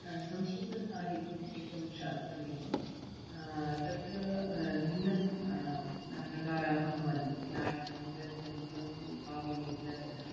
संस्कृतसाहित्यम् एकं शास्त्रमेव तत्र भिन्न प्रकाराः भवन्ति नाटकं गद्यं चम्पू काव्यम् इत्यादयः